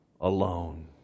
alone